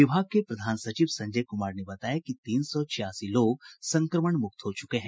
विभाग के प्रधान सचिव संजय कुमार ने बताया कि तीन सौ छियासी लोग संक्रमण मुक्त हो चुके हैं